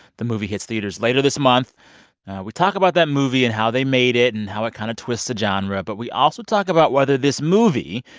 the movie hits theaters later this month we talk about that movie and how they made it and how it kind of twists the genre. but we also talk about whether this movie,